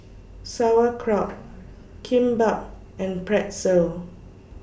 Sauerkraut Kimbap and Pretzel